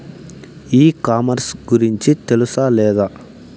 ఈ కామర్స్ గురించి తెలుసా లేదా?